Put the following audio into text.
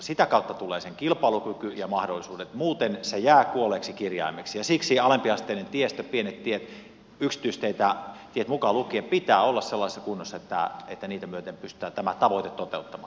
sitä kautta tulevat sen kilpailukyky ja mahdollisuudet muuten se jää kuolleeksi kirjaimeksi ja siksi alempiasteisen tiestön pienet tiet yksityistiet mukaan lukien pitää olla sellaisessa kunnossa että niitä myöten pystytään tämä tavoite toteuttamaan